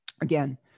Again